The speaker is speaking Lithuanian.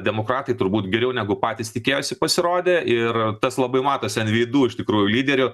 demokratai turbūt geriau negu patys tikėjosi pasirodė ir tas labai matosi an veidų iš tikrųjų lyderių